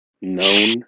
known